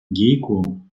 гейку